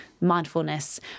mindfulness